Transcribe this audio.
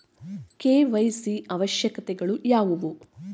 KYC ಅವಶ್ಯಕತೆಗಳು ಯಾವುವು?